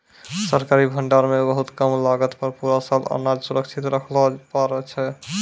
सरकारी भंडार मॅ बहुत कम लागत पर पूरा साल अनाज सुरक्षित रक्खैलॅ पारै छीं